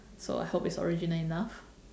so I hope it's original enough